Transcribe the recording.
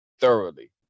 thoroughly